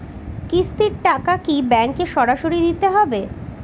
কিস্তির টাকা কি ব্যাঙ্কে সরাসরি দিতে হবে?